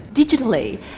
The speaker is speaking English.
digitally.